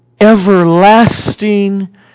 everlasting